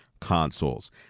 consoles